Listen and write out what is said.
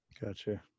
Gotcha